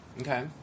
Okay